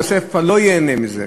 יוסף כבר לא ייהנה מזה,